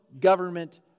government